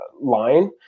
line